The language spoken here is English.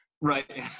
Right